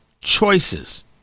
choices